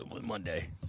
Monday